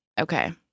okay